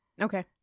Okay